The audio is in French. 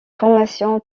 formation